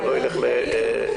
ולא ילך ל --- די,